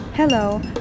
Hello